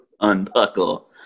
Unbuckle